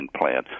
plan